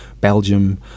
Belgium